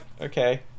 okay